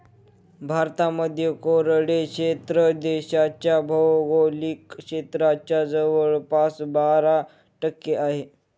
भारतामध्ये कोरडे क्षेत्र देशाच्या भौगोलिक क्षेत्राच्या जवळपास बारा टक्के आहे